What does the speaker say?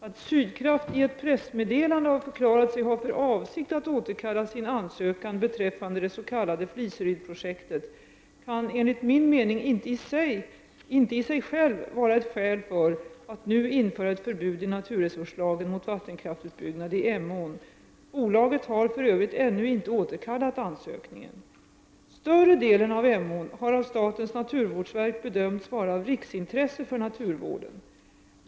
Att Sydkraft i ett pressmeddelande har förklarat sig ha för avsikt att återkalla sin ansökan beträffande det s.k. Fliserydsprojektet kan enligt min mening inte i sig självt vara ett skäl för att nu införa ett förbud i naturresurslagen mot vattenkraftsutbyggnad i Emån. Bolaget har för övrigt ännu inte återkallat ansökningen. Större delen av Emån har av statens naturvårdsverk bedömts vara av riksintresse för naturvården.